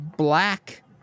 Black